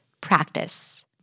practice